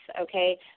okay